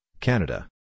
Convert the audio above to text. Canada